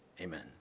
amen